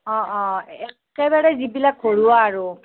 অ অ একেবাৰে যিবিলাক ঘৰুৱা আৰু